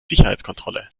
sicherheitskontrolle